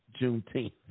Juneteenth